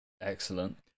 Excellent